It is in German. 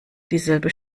dieselbe